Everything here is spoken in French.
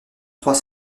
trois